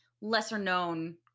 lesser-known